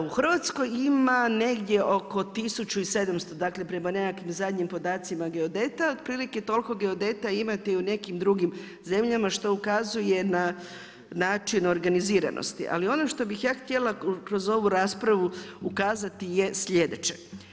U Hrvatskoj ima negdje oko 1700, dakle prema nekakvim zadnjim podacima geodeta, otprilike toliko geodeta imate u nekim drugim zemljama što ukazuje na način organiziranosti, ali ono što bi ja htjela kroz ovu raspravu ukazati je slijedeće.